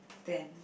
ten